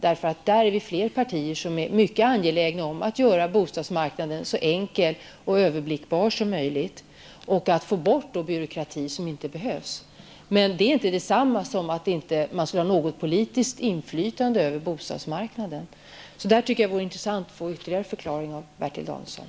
Vi har flera partier som är mycket angelägna om att göra bostadsmarknaden så enkel och överblickbar som möjligt och få bort onödig byråkrati. Men det är inte detsamma som att man inte skulle ha något politiskt inflytande över bostadsmarknaden. På den punkten tycker jag att det skulle vara intressant att få en ytterligare förklaring av Bertil Danielsson.